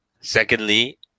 secondly